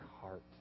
heart